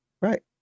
Right